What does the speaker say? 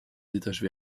détache